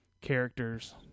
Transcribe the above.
characters